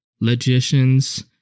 logicians